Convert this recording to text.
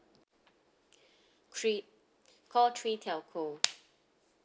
three call three telco